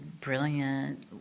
brilliant